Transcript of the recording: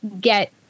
get